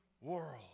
world